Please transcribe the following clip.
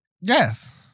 Yes